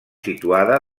situada